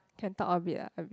can talk a bit ah a bit